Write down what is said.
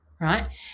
right